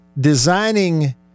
designing